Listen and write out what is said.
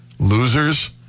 Losers